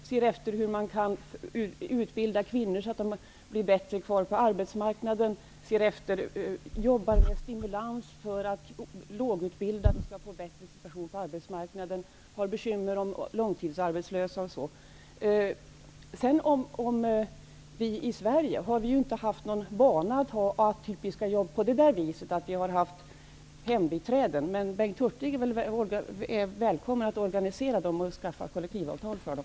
Man undersöker hur man kan utbilda kvinnor så att de får bättre möjligheter att vara kvar på arbetsmarknaden. Man jobbar med stimulanser som skall göra att lågutbildade får en bättre situation på arbetsmarknaden, man har bekymmer om långtidsarbetslösa osv. I Sverige har vi inte varit vana vid atypiska jobb som t.ex. hembiträden, men Bengt Hurtig är välkommen att organisera dem och skaffa kollektivavtal för dem.